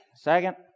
Second